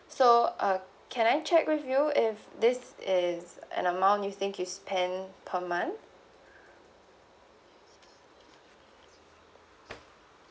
so uh can I check with you if this is an amount you think you spend per month